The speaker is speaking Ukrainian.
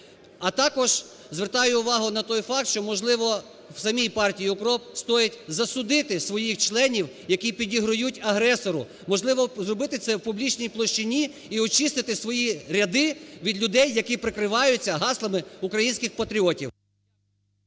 А також звертаю увагу на той факт, що, можливо, в самій партії "УКРОП" стоїть засудити своїх членів, які підіграють агресору, можливо, це зробити в публічній площині і очистити свої ряди від людей, які прикриваються гаслами українських патріотів.